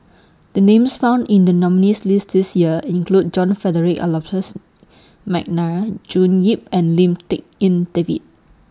The Names found in The nominees' list This Year include John Frederick Adolphus Mcnair June Yap and Lim Tik En David